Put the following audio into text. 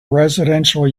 residential